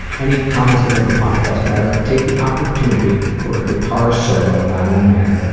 any comments to make the podcast better? take the opportunity for a guitar solo, now and then.